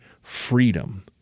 freedom